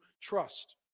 trust